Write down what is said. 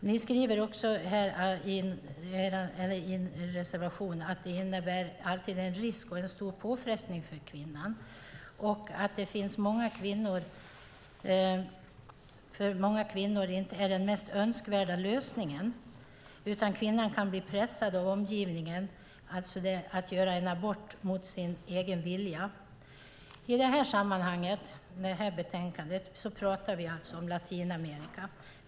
Ni skriver också i en reservation att det alltid innebär en risk och en stor påfrestning för kvinnan och att det för många kvinnor inte är den mest önskvärda lösningen, utan de kan bli pressade av omgivningen att göra en abort mot sin egen vilja. I det här sammanhanget, när det gäller det här betänkandet, pratar vi om Latinamerika.